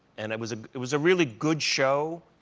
and it was it was a really good show,